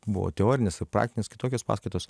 buvo teorinės praktinės kitokios paskaitos